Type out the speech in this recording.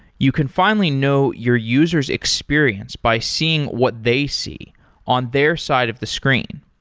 you can finally know your user s experience by seeing what they see on their side of the screen.